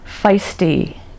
feisty